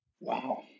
Wow